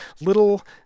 little